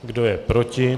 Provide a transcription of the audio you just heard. Kdo je proti?